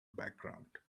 background